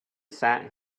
sat